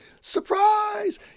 surprise